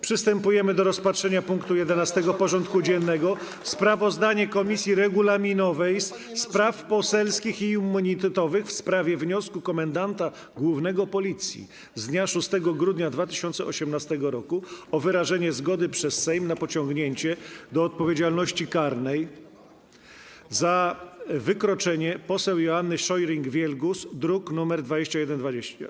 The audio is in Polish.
Przystępujemy do rozpatrzenia punktu 11. porządku dziennego: Sprawozdanie Komisji Regulaminowej, Spraw Poselskich i Immunitetowych w sprawie wniosku Komendanta Głównego Policji z dnia 6 grudnia 2018 r. o wyrażenie zgody przez Sejm na pociągnięcie do odpowiedzialności karnej za wykroczenie poseł Joanny Scheuring-Wielgus (druk nr 2120)